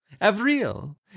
Avril